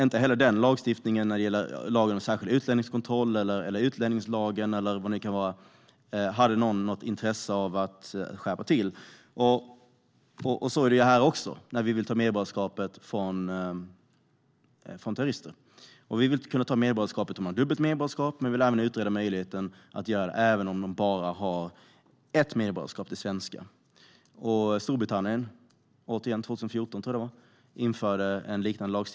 Inte heller den lagstiftningen, när det gäller lagen om särskild utlänningskontroll, utlänningslagen eller vad det nu kan vara, hade någon något intresse av att skärpa till. Så är det här också, när vi vill ta medborgarskapet ifrån terrorister. Vi vill kunna ta medborgarskapet om man har dubbelt medborgarskap, men vi vill också utreda möjligheten att göra det även om någon bara har ett medborgarskap - det svenska. Storbritannien, återigen, införde en liknande lagstiftning 2014, tror jag att det var.